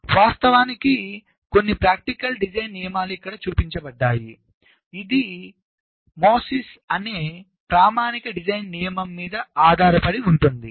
వాస్తవానికి కొన్ని practical design నియమాలు ఇక్కడ చూపించబడ్డాయి ఇది మోసిస్ అనే ప్రామాణిక డిజైన్ నియమం మీద ఆధారపడి ఉంటుంది